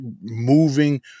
moving